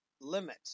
limit